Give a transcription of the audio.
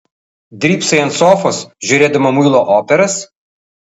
drybsai ant sofos žiūrėdama muilo operas